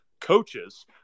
coaches